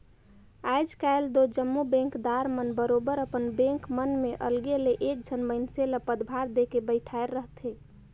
आएज काएल दो जम्मो बेंकदार मन बरोबेर अपन बेंक मन में अलगे ले एक झन मइनसे ल परभार देके बइठाएर रहथे